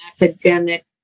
academic